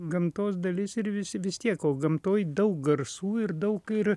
gamtos dalis ir visi vis tiek o gamtoj daug garsų ir daug ir